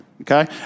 Okay